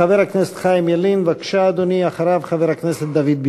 חבר הכנסת חיים ילין, בבקשה, אדוני.